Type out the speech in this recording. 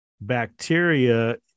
bacteria